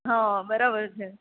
હા બરોબર છે